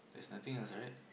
there's nothing else right